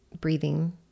breathing